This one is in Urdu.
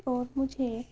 اور مجھے